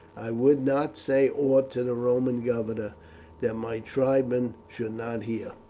i would not say aught to the roman governor that my tribesmen should not hear.